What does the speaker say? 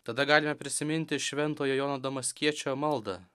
tada galime prisiminti šventojo jono damaskiečio maldą